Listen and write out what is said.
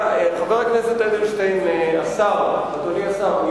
אדוני השר,